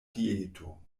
dieto